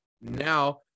now